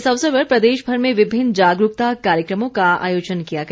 इस अवसर पर प्रदेशभर में विभिन्न जागरूकता कार्यक्रमों का आयोजन किया गया